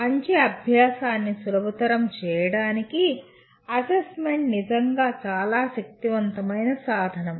మంచి అభ్యాసాన్ని సులభతరం చేయడానికి అసెస్మెంట్ నిజంగా చాలా శక్తివంతమైన సాధనం